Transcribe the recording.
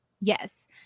Yes